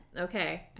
okay